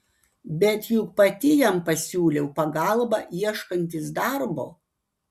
bet juk pati jam pasiūliau pagalbą ieškantis darbo